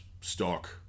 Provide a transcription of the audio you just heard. stock